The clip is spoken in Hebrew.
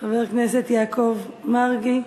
חבר הכנסת יעקב מרגי.